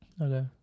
Okay